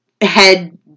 head